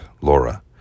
Laura